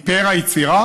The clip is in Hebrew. היא פאר היצירה,